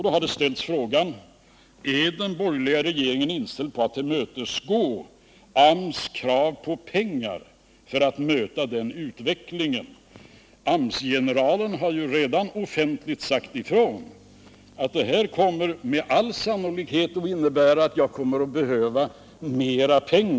Då har frågan ställts: Är den borgerliga regeringen inställd på att tillmötesgå AMS krav på pengar för att kunna möta den utvecklingen? AMS-generalen har ju redan offentligt sagt ifrån att det här med all sannolikhet kommer att innebära att han kommer att behöva större anslag.